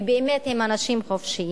כי באמת הם אנשים חופשיים,